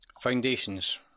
Foundations